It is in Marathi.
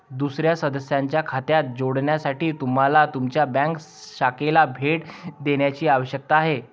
दुसर्या सदस्याच्या खात्यात जोडण्यासाठी तुम्हाला तुमच्या बँक शाखेला भेट देण्याची आवश्यकता आहे